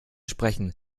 sprechen